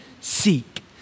seek